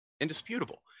indisputable